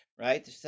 right